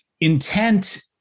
intent